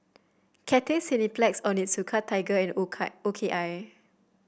Cathay Cineplex Onitsuka Tiger and O K I